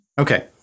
Okay